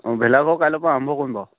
অঁ ভেলাঘৰ কাইলৈৰ পৰা আৰম্ভ কৰিম বাৰু